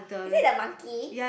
is it that monkey